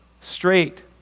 straight